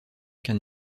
qu’un